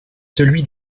celui